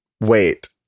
wait